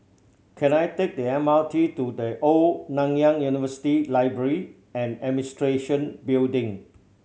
can I take the M R T to The Old Nanyang University Library and Administration Building